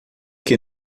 que